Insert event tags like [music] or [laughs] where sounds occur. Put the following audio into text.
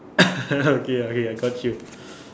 [coughs] [laughs] okay okay I got you